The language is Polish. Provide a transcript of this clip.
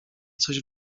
coś